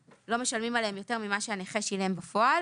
עליהן יותר ממה שהנכה שילם בפועל.